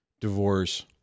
divorce